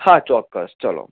હા ચોકકસ ચાલો